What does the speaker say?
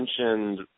mentioned